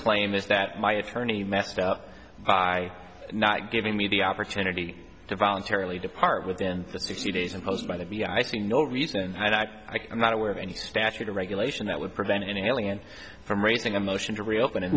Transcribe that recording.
claim is that my attorney messed up by not giving me the opportunity to voluntarily depart within the sixty days imposed by the me i see no reason and i am not aware of any statute or regulation that would prevent any alien from raising a motion to reopen